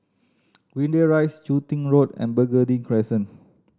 Greendale Rise Chun Tin Road and Burgundy Crescent